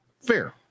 Fair